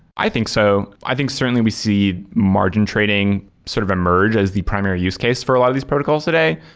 i think so. i think certainly we see margin trading sort of emerge as the primary use case for a lot of these protocols today.